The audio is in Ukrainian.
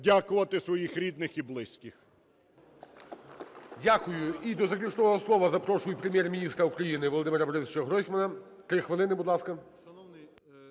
дякувати своїх рідних і близьких.